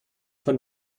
von